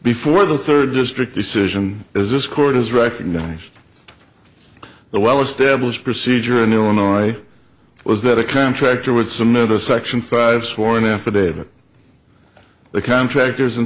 before the third district decision as this court has recognized the well established procedure in illinois was that a contractor would submit a section five sworn affidavit the contractors